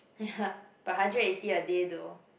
uh hah but hundred and eighty a day though